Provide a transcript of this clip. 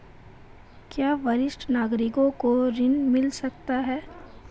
क्या वरिष्ठ नागरिकों को ऋण मिल सकता है?